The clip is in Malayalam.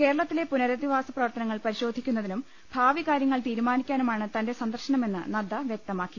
കേരളത്തിലെ പുനഃരധിവാസ പ്രവർത്തനങ്ങൾ പരിശോധിക്കുന്നതിനും ഭാവികാര്യ ങ്ങൾ തീരുമാനിക്കാനുമാണ് തന്റെ സന്ദർശനമെന്ന് നദ്ദ വ്യക്തമാക്കി